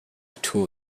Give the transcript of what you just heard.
tool